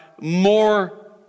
more